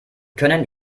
können